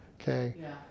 Okay